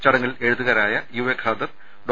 ചടങ്ങിൽ എഴുത്തുകാരായ യു എ ഖാദർ ഡോ